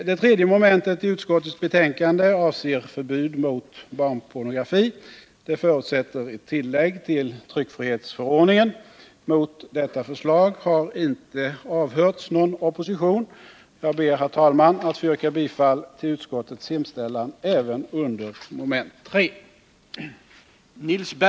De tredje momentet i utskottets betänkande avser förbud mot barnpornografi. Det förutsätter ett tillägg till tryckfrihetsförordningen. Mot detta förslag har inte avhörts någon opposition. Jag ber, herr talman, att få yrka bifall till utskottets hemställan även under mom. 3.